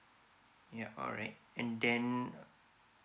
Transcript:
ya alright and then